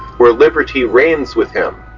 where liberty reigns with him.